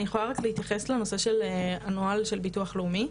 אני יכולה רק להתייחס לנושא של הנוהל של המוסד לביטוח לאומי,